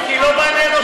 כי לא מעניין אותך החוק.